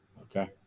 Okay